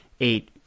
eight